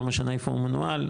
לא משנה איפה הוא מנוהל,